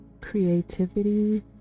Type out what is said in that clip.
Creativity